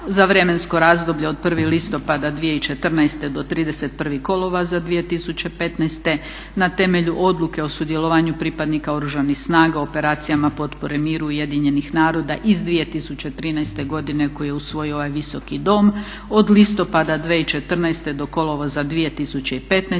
potpore miru UN-a od 1.listopada 2014. do 31.kolovoza 2015. godine na temelju Odluke o sudjelovanju pripadnika Oružanih snaga u operacijama potpore miru Ujedinjenih naroda iz 2013. koju je usvojio ovaj Visoki dom. Od listopada 2014. do kolovoza 2015.